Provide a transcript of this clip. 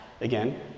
again